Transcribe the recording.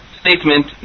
statement